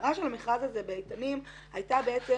המטרה של המכרז הזה באיתנים הייתה בעצם